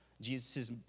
Jesus